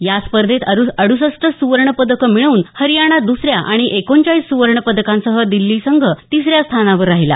या स्पधेर्धेत अडूसष्ठ सुवर्ण पदकं मिळवून हरियाणा दुसऱ्या आणि एकोनचाळीस सुवर्ण पदकांसह दिल्ली संघ तिसऱ्या स्थानावर राहिला